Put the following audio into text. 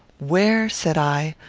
where, said i,